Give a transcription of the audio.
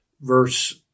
verse